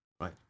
Right